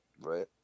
Right